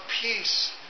peace